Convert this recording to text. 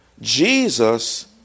Jesus